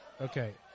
Okay